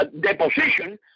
deposition